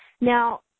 Now